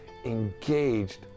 engaged